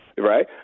Right